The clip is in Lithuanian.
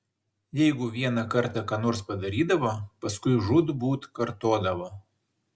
jeigu vieną kartą ką nors padarydavo paskui žūtbūt kartodavo